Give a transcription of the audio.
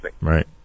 Right